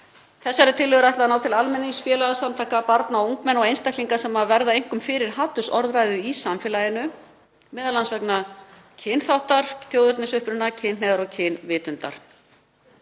Þessari tillögu er ætlað að ná til almennings, félagasamtaka, barna og ungmenna og einstaklinga sem verða einkum fyrir hatursorðræðu í samfélaginu, m.a. vegna kynþáttar, þjóðernisuppruna, kynhneigðar og kynvitundar.